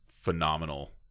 phenomenal